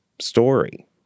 story